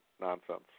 nonsense